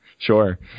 Sure